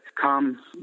come